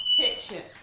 kitchen